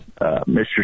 mr